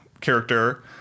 character